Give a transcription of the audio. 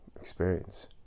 experience